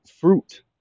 fruit